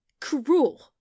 cruel